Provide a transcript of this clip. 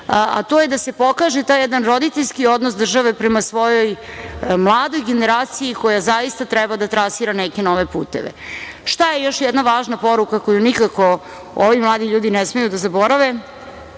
a to je da se pokaže taj jedan roditeljski odnos države prema svojoj mladoj generaciji koja zaista treba da trasira neke nove puteve. Šta je još jedna važna poruka koju nikako ovi mladi ljudi ne smeju da zaborave?